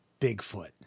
Bigfoot